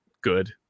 Good